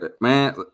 man